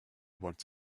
want